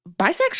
bisexual